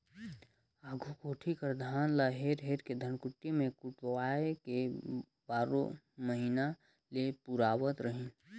आघु कोठी कर धान ल हेर हेर के धनकुट्टी मे कुटवाए के बारो महिना ले पुरावत रहिन